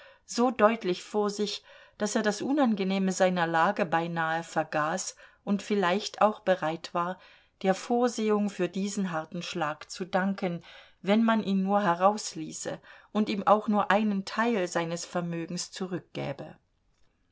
so deutlich vor sich daß er das unangenehme seiner lage beinahe vergaß und vielleicht auch bereit war der vorsehung für diesen harten schlag zu danken wenn man ihn nur herausließe und ihm auch nur einen teil seines vermögens zurückgäbe